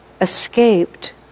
escaped